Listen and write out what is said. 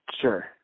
Sure